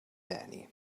eni